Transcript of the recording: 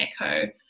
Echo